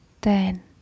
ten